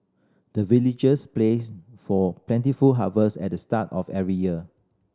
the villagers pray for plentiful harvest at the start of every year